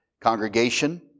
Congregation